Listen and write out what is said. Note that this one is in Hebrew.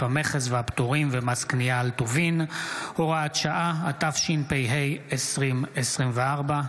המכס והפטורים ומס קנייה על טובין (הוראת שעה) התשפ"ה 2024. תודה.